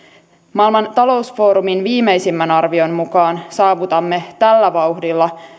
maailman talousfoorumin viimeisimmän arvion mukaan saavutamme tällä vauhdilla